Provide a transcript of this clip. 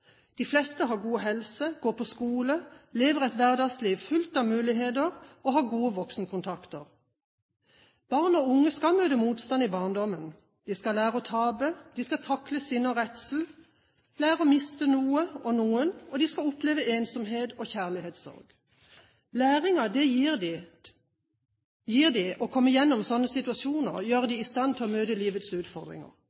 De fleste har god helse, går på skole, lever et hverdagsliv fullt av muligheter og har gode voksenkontakter. Barn og unge skal møte motstand i barndommen. De skal lære å tape, de skal takle sinne og redsel, de skal lære å miste noe og noen, og de skal oppleve ensomhet og kjærlighetssorg. Læringen det gir dem å komme gjennom slike situasjoner, gjør